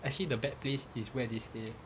actually the bad place is where they stayed